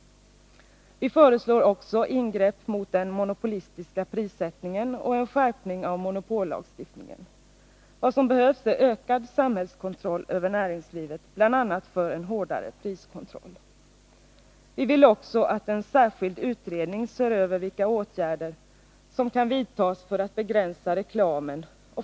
Vi föreslår vidare ingrepp mot den monopolistiska prissättningen och en skärpning av monopollagstiftningen. Vad som behövs är ökad samhällskontroll över näringslivet, bl.a. en hårdare priskontroll. Vi vill att en särskild utredning ser över vilka åtgärder som kan vidtas för att begränsa reklamen.